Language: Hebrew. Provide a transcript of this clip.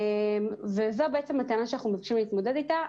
זו הטענה שאנחנו נדרשים להתמודד אתה.